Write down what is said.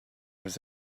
was